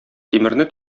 тимерне